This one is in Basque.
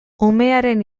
umearen